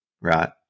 Right